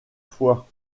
foi